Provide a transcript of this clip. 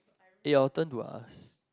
yeah will turn to us